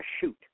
shoot